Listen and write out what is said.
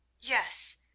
Yes